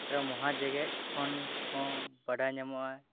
ᱢᱚᱦᱟ ᱡᱮᱜᱮᱫ ᱠᱷᱚᱱ ᱦᱚᱸ ᱵᱟᱰᱟᱭ ᱧᱟᱢᱚᱜᱼᱟ